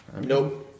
Nope